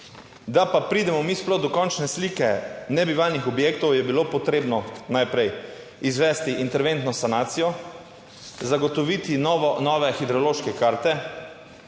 Da pa pridemo mi sploh do končne slike nebivalnih objektov, je bilo potrebno najprej izvesti interventno sanacijo, zagotoviti novo, nove hidrološke karte,